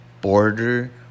border